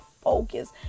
focus